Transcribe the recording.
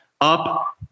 up